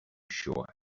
sure